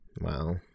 Wow